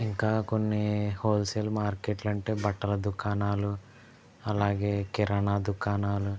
ఇంకా కొన్ని హోల్సేల్ మార్కెట్లు అంటే బట్టల దుకాణాలు అలాగే కిరాణా దుకాణాలు